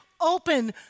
open